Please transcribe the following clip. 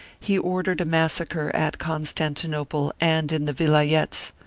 he ordered a mas sacre at constantinople and in the vilayets.